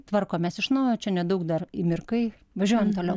tvarkomės iš naujo čia nedaug dar įmirkai važiuojam toliau